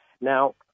Now